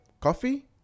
coffee